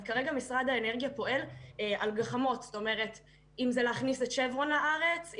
כרגע משרד האנרגיה פועל על גחמות אם זה להכניס את שברון לארץ,